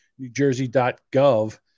newjersey.gov